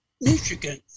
Michigan